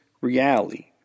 reality